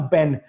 Ben